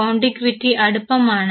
contiguity അടുപ്പമാണ്